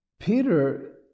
Peter